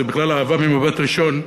זו בכלל אהבה ממבט ראשון,